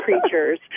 creatures